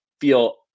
feel